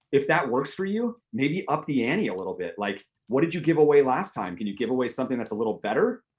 if that works for you, maybe up the ante a little bit. like what did you give away last time? can you give away something that's a little better?